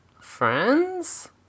Friends